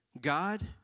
God